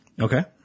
Okay